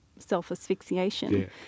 self-asphyxiation